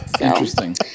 Interesting